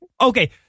Okay